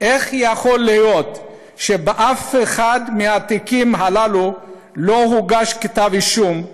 איך יכול להיות שבאף אחד מהתיקים הללו לא הוגש כתב אישום,